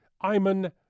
Iman